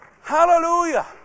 Hallelujah